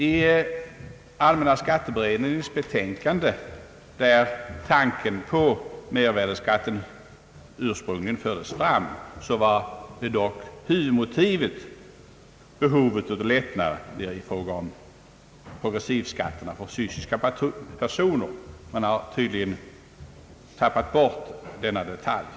I allmänna skatteberedningens betänkande, där tanken på mervärdeskatten ursprungligen fördes fram, var dock huvudmotivet behovet att lätta progressivskatterna på fysiska personer. Man har tydligen i finansplanen tappat bort denna detalj.